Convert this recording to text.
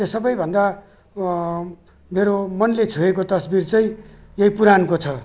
चाहिँ सबैभन्दा मेरो मनले छोएको तस्बिर चाहिँ यही पुराणको छ